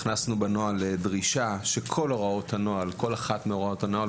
הכנסנו בנוהל דרישה לכך שכל אחת מהוראות הנוהל,